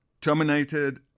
terminated